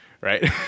Right